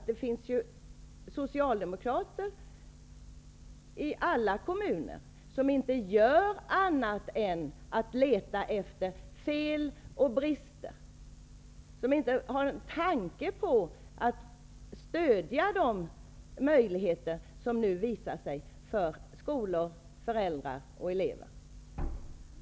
Det finns ju socialdemokrater i alla kommuner som inte gör annat än letar efter fel och brister. De har inte en tanke på att stödja de möjligheter som nu visar sig för skolor, föräldrar och elever.